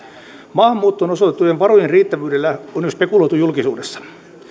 maahanmuuttoon osoitettujen varojen riittävyydellä on jo spekuloitu julkisuudessa